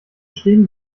stehen